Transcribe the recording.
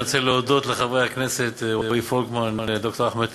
אני רוצה להודות לחברי הכנסת רועי פולקמן וד"ר אחמד